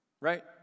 right